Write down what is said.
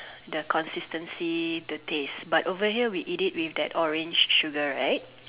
the consistency the taste but over here we eat it with that orange sugar right